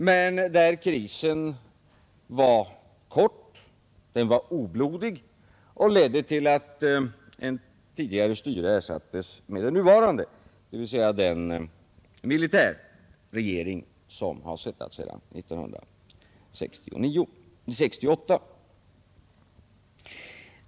Men krisen var kort och oblodig, och den ledde till att ett tidigare styre ersattes med det nuvarande, dvs. den militärregering som suttit sedan 1968.